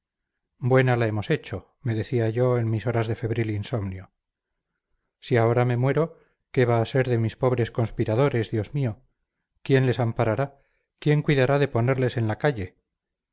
buena la hemos hecho me decía yo en mis horas de febril insomnio si ahora me muero qué va a ser de mis pobres conspiradores dios mío quién les amparará quién cuidará de ponerles en la calle